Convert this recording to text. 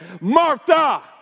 Martha